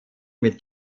mit